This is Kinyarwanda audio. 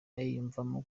ayiyumvamo